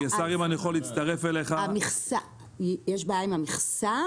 יש בעיה עם המכסה?